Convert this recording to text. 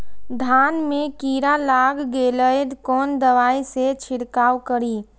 धान में कीरा लाग गेलेय कोन दवाई से छीरकाउ करी?